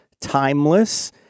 timeless